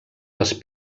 les